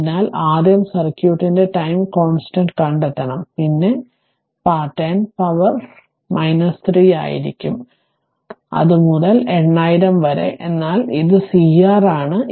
അതിനാൽ ആദ്യം സർക്യൂട്ടിന്റെ ടൈം കോൺസ്റ്റന്റ് കണ്ടെത്തണം അത് പിന്നീട് 10 പവർ ആയിരിക്കും 3 മുതൽ 8000 വരെ അതിനാൽ ഇത് CR ആണ്